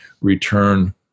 return